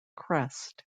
crest